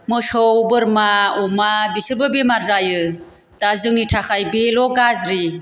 मोसौ बोरमा अमा बिसोरबो बेमार जायो दा जोंनि थाखाय बेल' गाज्रि